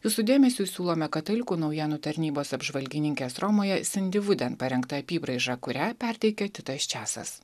jūsų dėmesiui siūlome katalikų naujienų tarnybos apžvalgininkės romoje sindi vuden parengtą apybraižą kurią perteikia titas čiasas